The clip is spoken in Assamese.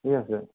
ঠিক আছে